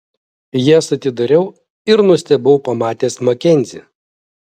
jas atidariau ir nustebau pamatęs makenzį